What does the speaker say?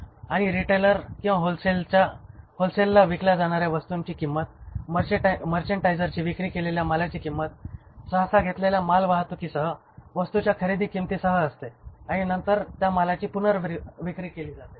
आणि रिटेलर किंवा होलसेलरला विकल्या जाणार्या वस्तूंची किंमत मर्चेंडायझरची विक्री केलेल्या मालाची किंमत सहसा घेतलेल्या मालवाहतुकीसह वस्तूंच्या खरेदी किंमतीसह असते आणि नंतर त्या मालाची पुनर्विक्री केली जाते